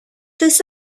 this